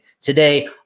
today